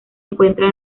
encuentra